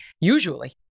usually